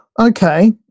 Okay